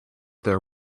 there